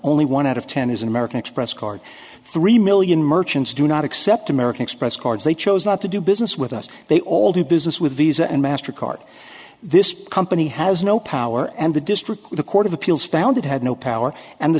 only one out of ten is an american express card three million merchants do not accept american express cards they chose not to do business with us they all do business with visa and master card this company has no power and the district court of appeals found it had no power and the